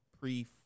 pre